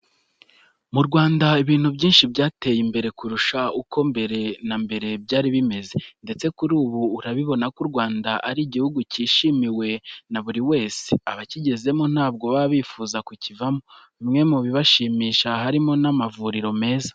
Mu Rwanda ibintu byinshi byateye imbere kurusha uko mbere na mbere byari bimeze, ndetse kuri ubu urabibona ko u Rwanda ari igihugu cyishimiwe na buri wese. Abakigezemo ntabwo baba bifuza kukivamo. Bimwe mu bibashimisha harimo n'amavuriro meza.